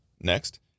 Next